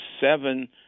seven